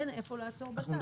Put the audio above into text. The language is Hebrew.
אין איפה לעצור בצד.